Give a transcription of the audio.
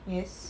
yes